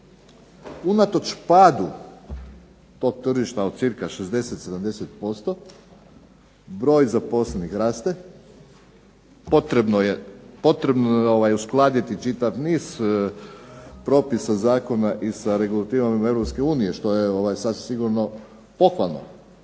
Unatoč padu tog tržišta od cca 60, 70% broj zaposlenih raste, potrebno je uskladiti čitav niz propisa, zakona i sa regulativama Europske unije što je sasvim sigurno pohvalno.